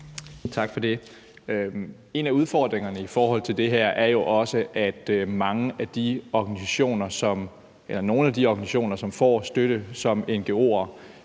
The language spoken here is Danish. Tak for det. En af udfordringerne i forhold til det her er jo også, at nogle af de organisationer, som får støtte som ngo'er,